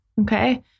okay